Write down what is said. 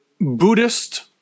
Buddhist